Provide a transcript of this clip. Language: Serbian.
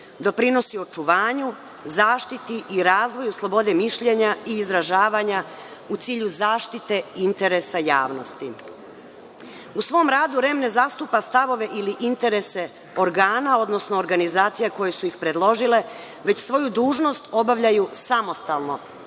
doprinosi očuvanju, zaštiti i razvoju slobode mišljenja i izražavanja u cilju zaštite interesa javnosti. U svom radu REM ne zastupa stavove ili interese organa, odnosno organizacija koje su ih predložile, već svoju dužnost obavljaju samostalno,